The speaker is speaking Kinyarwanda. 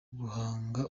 guhanga